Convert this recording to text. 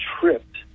tripped